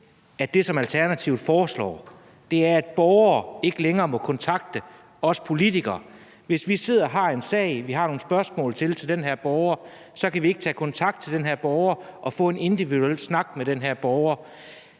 at det, som Alternativet foreslår, er, at borgere ikke længere må kontakte os politikere. Så hvis vi sidder og har en sag og vi har nogle spørgsmål til den her borger, kan vi ikke tage kontakt til den her borger og få en individuel snak med den her borger.